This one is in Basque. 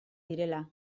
direla